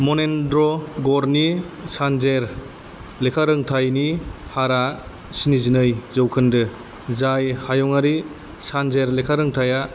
मनेन्द्रगढ़नि सानजेर लेखारोंथायनि हारआ स्निजिनै जोखोन्दो जाय हायुंआरि सानजेर लेखारोंथाया